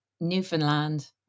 newfoundland